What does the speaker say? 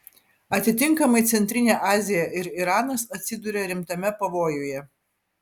atitinkamai centrinė azija ir iranas atsiduria rimtame pavojuje